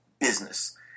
business